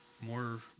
more